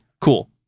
cool